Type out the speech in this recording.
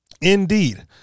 Indeed